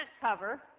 cover